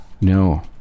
No